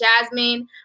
Jasmine